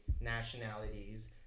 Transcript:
nationalities